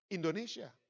Indonesia